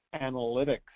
analytics